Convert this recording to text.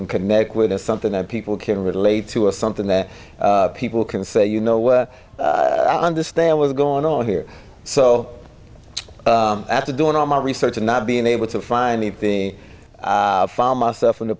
can connect with is something that people can relate to or something that people can say you know what i understand what's going on here so after doing all my research and not being able to finally being found myself in a